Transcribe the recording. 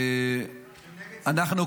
אתם נגד סנקציות באופן כללי.